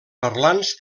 parlants